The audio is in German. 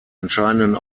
entscheidenden